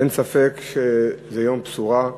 אין ספק שזה יום בשורה,